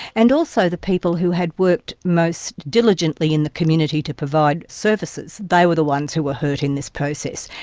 and also the people who had worked most diligently in the community to provide services, they were the ones who were hurt in this process,